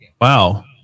Wow